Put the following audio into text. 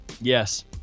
Yes